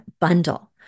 bundle